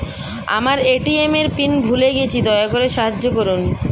আমার এ.টি.এম এর পিন ভুলে গেছি, দয়া করে সাহায্য করুন